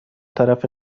طرف